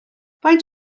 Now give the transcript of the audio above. faint